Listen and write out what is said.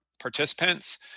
participants